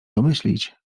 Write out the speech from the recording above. domyślić